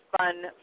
fun